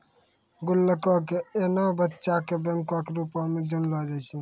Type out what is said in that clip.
गुल्लको के एना बच्चा के बैंको के रुपो मे जानलो जाय छै